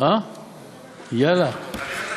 זה המשפט המנצח.